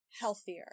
healthier